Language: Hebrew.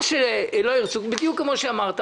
בדיוק כמו שאמרת,